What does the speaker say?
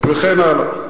וכן הלאה,